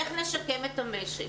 איך נשקם את המשק?